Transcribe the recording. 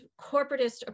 corporatist